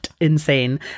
insane